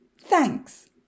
Thanks